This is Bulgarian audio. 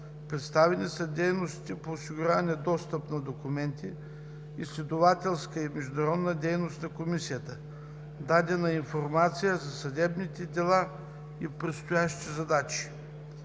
Представени са дейностите по осигуряване достъп до документи, изследователската и международната дейност на Комисията. Дадена е информация за съдебните дела и предстоящите задачи.